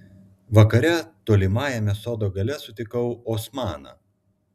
vakare tolimajame sodo gale sutikau osmaną